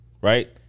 right